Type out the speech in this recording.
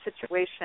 situation